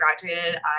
graduated